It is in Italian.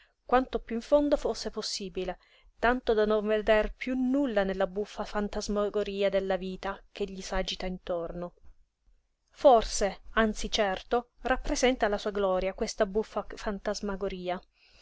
quanto piú in fondo fosse possibile tanto da non veder piú nulla della buffa fantasmagoria della vita che gli s'agita attorno forse anzi certo rappresenta la sua gloria questa buffa fantasmagoria